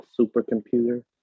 supercomputer